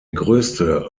größte